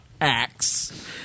axe